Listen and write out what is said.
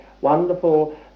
wonderful